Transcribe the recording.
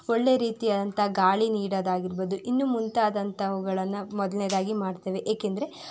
ಒಳ್ಳೆಯ ರೀತಿಯಾದಂತಹ ಗಾಳಿ ನೀಡೋದು ಆಗಿರ್ಬೋದು ಇನ್ನು ಮುಂತಾದಂತವುಗಳನ್ನ ಮೊದಲನೆಯದಾಗಿ ಮಾಡ್ತೇವೆ ಏಕೆಂದ್ರೆ